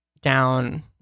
down